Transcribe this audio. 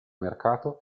mercato